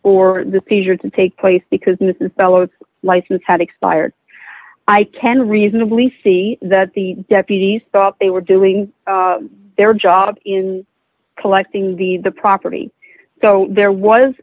for the seizure to take place because this is bellowed license had expired i can reasonably see that the deputies thought they were doing their job in collecting the the property so there was